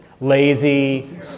Lazy